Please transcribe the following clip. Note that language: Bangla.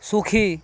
সুখী